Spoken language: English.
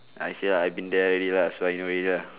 I say lah I've been there already lah so I know already lah